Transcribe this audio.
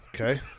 okay